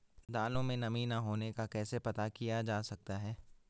दालों में नमी न होने का कैसे पता किया जा सकता है?